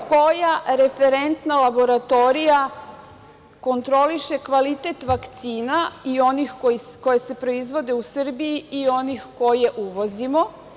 Koja referenta laboratorija kontroliše kvalitet vakcina i onih koje se proizvode u Srbiji i onih koje uvozimo?